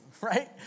right